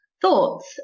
thoughts